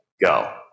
Go